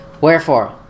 Wherefore